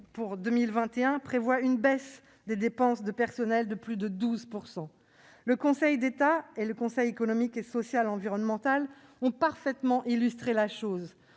2021 prévoit une baisse des dépenses de personnel de plus de 12 %. Le Conseil d'État et le Conseil économique, social et environnemental (CESE) ont parfaitement illustré la chose.